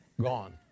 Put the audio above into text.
gone